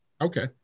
Okay